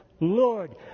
Lord